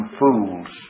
fools